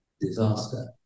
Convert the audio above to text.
disaster